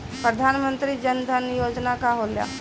प्रधानमंत्री जन धन योजना का होला?